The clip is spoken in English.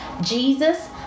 Jesus